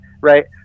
right